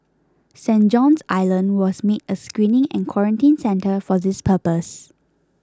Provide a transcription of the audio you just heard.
Saint John's Island was made a screening and quarantine centre for this purpose